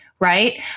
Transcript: Right